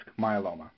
myeloma